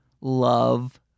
Love